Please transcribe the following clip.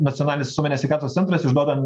nacionalinis visuomenės sveikatos centras išduoda